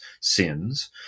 sins